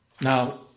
Now